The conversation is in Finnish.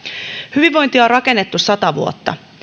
hyvinvointia on rakennettu sata vuotta